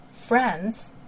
friends